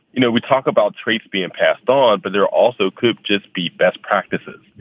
you know, we talk about traits being passed on, but there also could just be best practices,